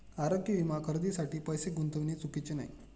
आरोग्य विमा खरेदीसाठी पैसे गुंतविणे चुकीचे नाही